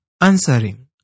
Answering